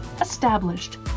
established